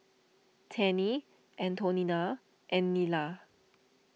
Tennie Antonina and Nila